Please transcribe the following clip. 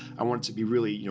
i want it to be really, you